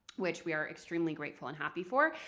which we are extremely grateful and happy for.